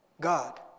God